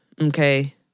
Okay